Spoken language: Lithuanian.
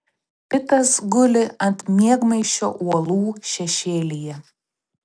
pitas guli ant miegmaišio uolų šešėlyje